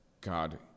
God